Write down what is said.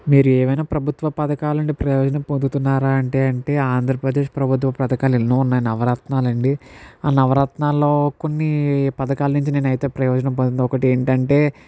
మీరు ఏమైనా ప్రభుత్వ పథకాలు అంటే ప్రయోజనం పొందుతున్నారా అంటే అంటే ఆంధ్రప్రదేశ్ ప్రభుత్వ పథకాలు ఎన్నో ఉన్నాయి నవరత్నాలు అండి నవరత్నాల్లో కొన్ని పథకాలు నించి నేనైతే ప్రయోజనం పొందుతున్న ఒకటి ఏమిటంటే